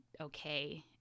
okay